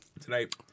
tonight